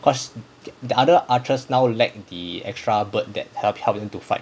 cause the other archers now lack the extra bird that help help them to fight